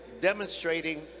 demonstrating